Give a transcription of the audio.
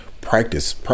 Practice